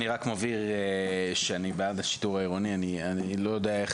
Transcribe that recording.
אני רק מבהיר שאני בעד השיטור העירוני אני לא יודע איך